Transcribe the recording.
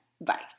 Bye